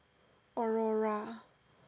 aurora